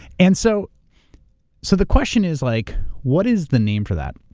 and so so the question is, like what is the name for that?